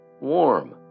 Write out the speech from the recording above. warm